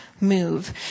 Move